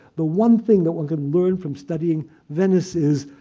the one thing that one can learn from studying venice's,